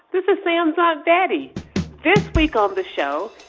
this is sam's aunt betty. this week on the show,